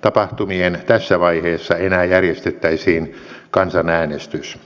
tapahtumien tässä vaiheessa enää järjestettäisiin kansanäänestys